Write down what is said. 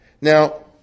Now